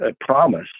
promise